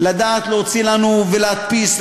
לדעת להוציא לנו ולהדפיס,